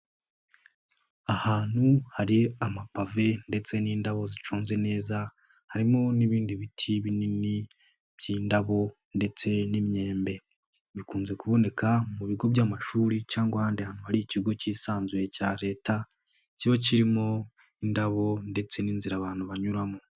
Ahantu hari amapave ndetse n'indabo ziconze neza, harimo n'ibindi biti binini by'indabo ndetse n'imyembe, bikunze kuboneka mu bigo by'amashuri cyangwa ahandi hantu hari ikigo cyisanzuye cya Leta kiba kirimo indabo ndetse n'inzira abantu banyuramo.